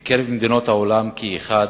ובקרב מדינות העולם כאחד,